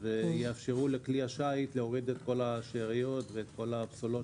ויאפשרו לכלי השיט להוריד את השאריות והפסולת.